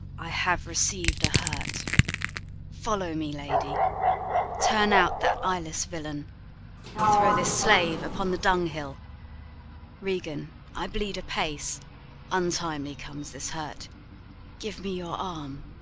i have receiv'd a hurt follow me, lady turn out that eyeless villain throw this slave upon the dunghill regan, i bleed apace untimely comes this hurt give me your arm.